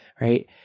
Right